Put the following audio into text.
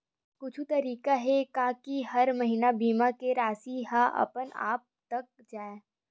कुछु तरीका हे का कि हर महीना बीमा के राशि हा अपन आप कत जाय?